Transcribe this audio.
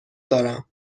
دارم